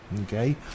Okay